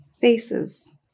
faces